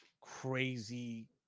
crazy